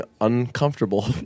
uncomfortable